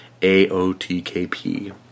AOTKP